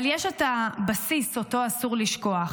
אבל יש את הבסיס, שאותו אסור לשכוח: